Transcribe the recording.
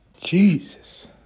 Jesus